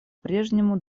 прежнему